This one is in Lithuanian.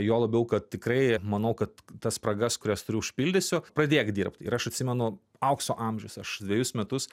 juo labiau kad tikrai manau kad tas spragas kurias turiu užpildysiu pradėk dirbt ir aš atsimenu aukso amžius aš dvejus metus